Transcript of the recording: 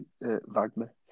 Wagner